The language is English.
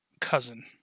cousin